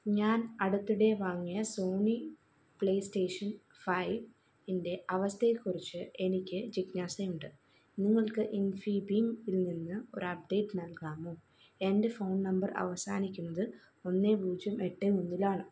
ഞാൻ അടുത്തിടെ വാങ്ങിയ സോണി പ്ലേസ്റ്റേഷൻ ഫൈവ്ഇന്റെ അവസ്ഥയെക്കുറിച്ച് എനിക്ക് ജിജ്ഞാസയുണ്ട് നിങ്ങൾക്ക് ഇൻഫീബീംഇൽനിന്ന് ഒരു അപ്ഡേറ്റ് നൽകാമോ എന്റെ ഫോൺ നമ്പർ അവസാനിക്കുന്നത് ഒന്ന് പൂജ്യം എട്ട് ഒന്നിലാണ്